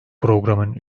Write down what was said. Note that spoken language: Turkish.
programın